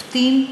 לשופטים,